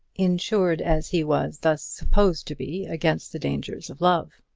insured as he was thus supposed to be against the dangers of love?